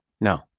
No